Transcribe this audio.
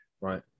right